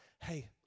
hey